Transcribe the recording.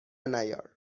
نیار